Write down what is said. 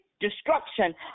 destruction